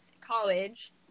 college